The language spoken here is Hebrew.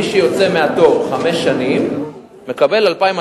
אה, מי שיוצא לחמש שנים החוצה.